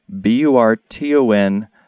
B-U-R-T-O-N